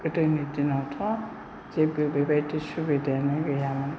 गोदोनि दिनावथ' जेबो बेबायदि सुबिदायानो गैयामोन